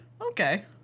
Okay